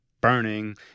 burning